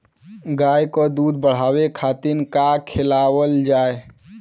गाय क दूध बढ़ावे खातिन का खेलावल जाय?